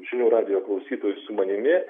žinių radijo klausytojus su manimi